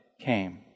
came